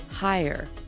higher